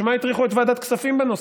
בשביל מה הטריחו את ועדת הכספים בנושא?